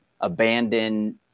abandoned